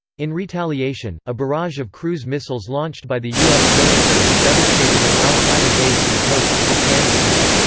in retaliation, a barrage of cruise missiles launched by the us military devastated an al-qaeda base in khost, afghanistan.